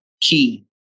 key